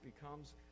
becomes